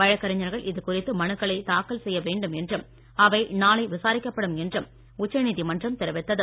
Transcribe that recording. வழக்கறிஞர்கள் இதுகுறித்து மனுக்களை தாக்கல் செய்ய வேண்டும் என்றும் அவை நாளை விசாரிக்கப்படும் என்றும் உச்சநீதிமன்றம் தெரிவித்தது